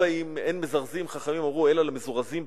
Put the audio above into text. חכמים אמרו: אין מזרזין אלא למזורזין.